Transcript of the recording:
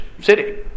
city